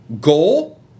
goal